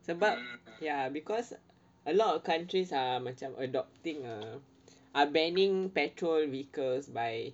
sebab ya because a lot of countries are macam adopting err are banning petrol vehicles by